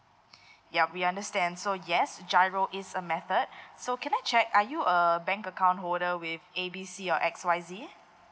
yup we understand so yes GIRO is a method so can I check are you a bank account holder with A B C or X Y Z